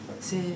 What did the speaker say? c'est